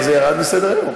זה ירד מסדר-היום.